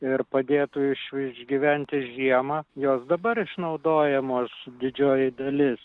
ir padėtų iš išgyventi žiemą jos dabar išnaudojamos didžioji dalis